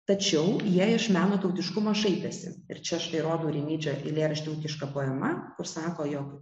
tačiau jie iš meno tautiškumo šaipėsi ir čia štai rodau rimydžio eilėraštį ūkiška poema kur sako jog